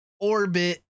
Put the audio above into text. orbit